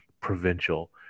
provincial